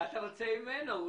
מה אתה רוצה ממנו?